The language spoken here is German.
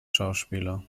schauspieler